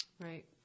Right